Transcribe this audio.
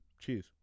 cheers